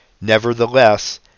Nevertheless